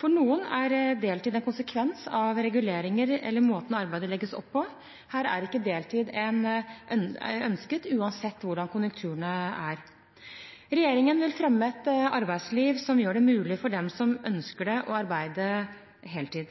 For noen er deltid en konsekvens av reguleringer eller måten arbeidet legges opp på – her er ikke deltid ønsket, uansett hvordan konjunkturene er. Regjeringen vil fremme et arbeidsliv som gjør det mulig for dem som ønsker det, å arbeide heltid.